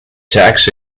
tax